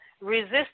resist